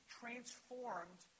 transformed